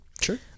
Sure